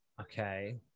Okay